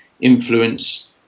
influence